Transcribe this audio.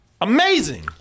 amazing